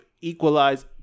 equalize